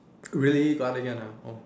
really got again ah oh